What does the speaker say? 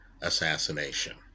assassination